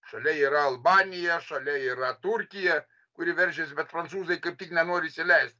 šalia yra albanija šalia yra turkija kuri veržiasi bet prancūzai kaip tik nenori įsileist